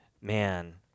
man